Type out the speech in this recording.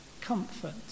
comfort